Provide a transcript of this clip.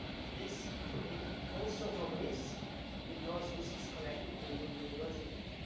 this came also from liz because this is connected to your university.